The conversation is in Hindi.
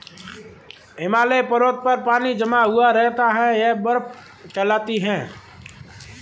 हिमालय पर्वत पर पानी जमा हुआ रहता है यह बर्फ कहलाती है